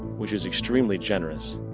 which is extremely generous,